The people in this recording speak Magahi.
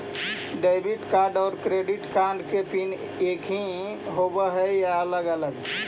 डेबिट और क्रेडिट कार्ड के पिन एकही होव हइ या अलग अलग?